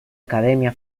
academia